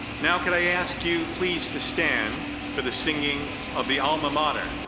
now, could i ask you please to stand for the singing of the alma mater,